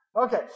Okay